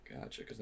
Gotcha